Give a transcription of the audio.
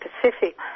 Pacific